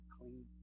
clean